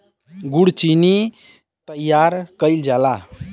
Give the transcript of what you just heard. गुड़ चीनी तइयार कइल जाला